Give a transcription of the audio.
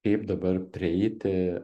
kaip dabar prieiti